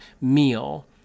meal